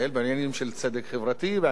בעניין של תקציב המדינה,